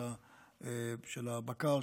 של הבקר,